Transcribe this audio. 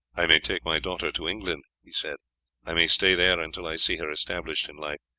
i may take my daughter to england he said i may stay there until i see her established in life,